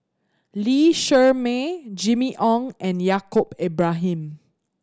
Lee Shermay Jimmy Ong and Yaacob Ibrahim